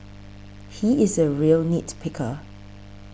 he is a real nit picker